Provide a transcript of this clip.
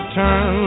turn